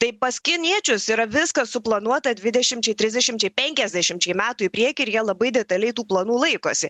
tai pas kiniečius yra viskas suplanuota dvidešimčiai trisdešimčiai penkiasdešimčiai metų į priekį ir jie labai detaliai tų planų laikosi